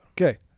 Okay